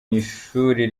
mw’ishuri